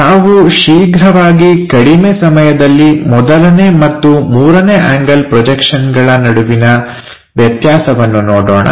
ನಾವು ಶೀಘ್ರವಾಗಿ ಕಡಿಮೆ ಸಮಯದಲ್ಲಿ ಮೊದಲನೇ ಮತ್ತು ಮೂರನೇ ಆಂಗಲ್ ಪ್ರೋಜಕ್ಷನ್ಗಳ ನಡುವಿನ ವ್ಯತ್ಯಾಸವನ್ನು ನೋಡೋಣ